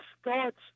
starts